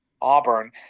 Auburn